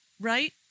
right